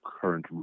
current